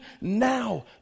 now